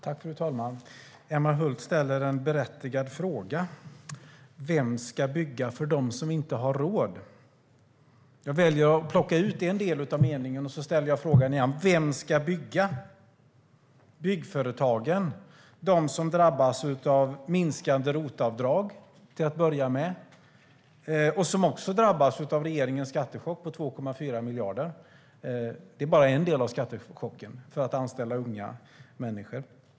Fru talman! Emma Hult ställer en berättigad fråga. Vem ska bygga för dem som inte har råd? Jag väljer att plocka ut en del av meningen, och sedan ställer jag frågan igen. Vem ska bygga? Ska det vara byggföretagen, de som drabbas av minskande ROT-avdrag, och även drabbas av regeringens skattechock på 2,4 miljarder? Det är bara en del av skattechocken för att anställa unga människor.